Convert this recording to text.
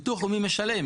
ביטוח לאומי משלם.